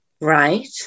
Right